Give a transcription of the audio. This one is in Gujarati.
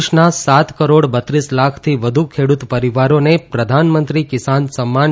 દેશના સાત કરાજ બત્રીસ લાખથી વધુ ખેડ઼ત પરીવારાં્રે પ્રધાનમંત્રી કિસાન સમ્માન